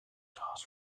guitars